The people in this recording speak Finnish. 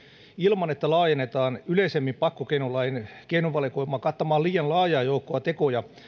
ilman että laajennetaan yleisemmin pakkokeinolain keinovalikoimaa kattamaan liian laajaa joukkoa tekoja